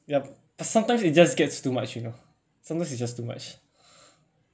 ya but sometimes it just gets too much you know sometimes it's just too much